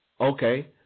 Okay